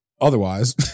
otherwise